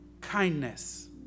kindness